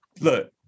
Look